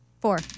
Four